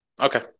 Okay